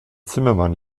zimmermann